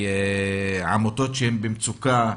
עמותות שהן במצוקה,